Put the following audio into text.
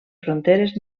fronteres